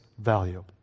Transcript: value